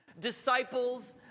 disciples